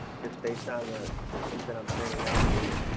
just based on the, the things that i'm pointing out here.